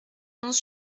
onze